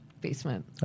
basement